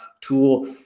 tool